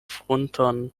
frunton